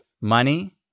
money